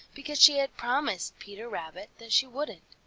because she had promised peter rabbit that she wouldn't.